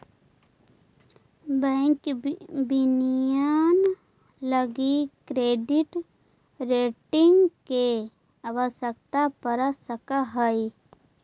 bank विनियमन लगी credit rating के आवश्यकता पड़ सकऽ हइ